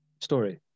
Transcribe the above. story